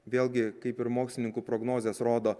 vėlgi kaip ir mokslininkų prognozės rodo